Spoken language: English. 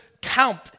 count